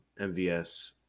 MVS